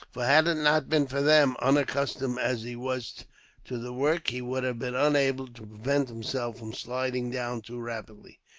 for had it not been for them, unaccustomed as he was to the work, he would have been unable to prevent himself from sliding down too rapidly.